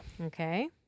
Okay